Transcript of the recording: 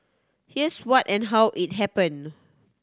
here's what and how it happened